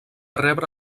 rebre